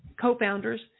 co-founders